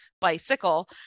bicycle